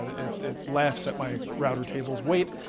it laughs at my router table's weight,